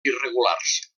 irregulars